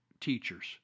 teachers